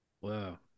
Wow